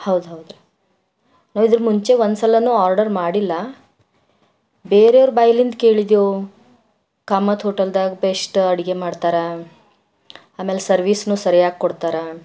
ಹೌದು ಹೌದು ರೀ ಇದರ ಮುಂಚೆ ಒಂದ್ಸಲನೂ ಆರ್ಡರ್ ಮಾಡಿಲ್ಲ ಬೇರೆಯವರ ಬಾಯಿಯಲ್ಲಿಂದ ಕೇಳಿದೇವೆ ಕಾಮತ್ ಹೋಟೆಲ್ದಾಗ ಬೆಸ್ಟ್ ಅಡುಗೆ ಮಾಡ್ತಾರ ಆಮೇಲೆ ಸರ್ವೀಸ್ನೂ ಸರಿಯಾಗೆ ಕೊಡ್ತಾರೆ